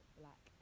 black